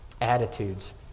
attitudes